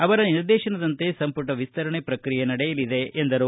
ಅವರ ನಿರ್ದೇಶನದಂತೆ ಸಂಪುಟ ವಿಸ್ತರಣೆ ಪ್ರಕ್ರಿಯೆ ನಡೆಯಲಿದೆ ಎಂದರು